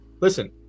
Listen